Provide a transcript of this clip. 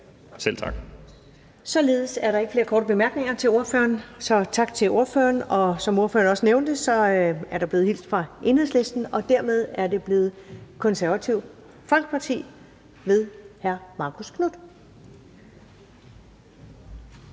Ellemann): Således er der ikke flere korte bemærkninger til ordføreren, så tak til ordføreren. Der blev af ordføreren også hilst fra Enhedslisten, og dermed er det blevet Det Konservative Folkeparti ved hr. Marcus Knuth.